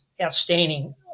outstanding